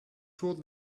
toward